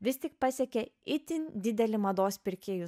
vis tik pasiekė itin didelį mados pirkėjų